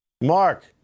Mark